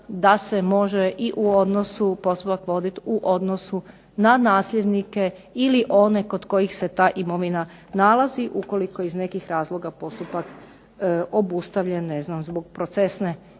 da se može ... u odnosu na nasljednike ili one kod kojih se ta imovina nalazi ukoliko je iz nekih razloga postupak obustavljen zbog procesne